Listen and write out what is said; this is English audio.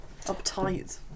uptight